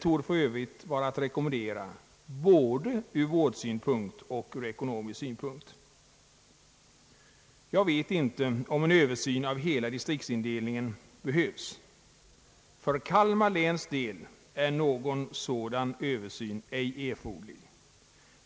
torde för övrigt vara att rekommendera både ur vårdsynpunkt och ur ekonomisk synpunkt. Jag vet inte om en översyn av distriktsindelningen i hela landet behövs. För Kalmar läns del är behovet av en uppdelning av nuvarande distrikt fullt styrkt, varför någon sådan översyn ej är erforderlig.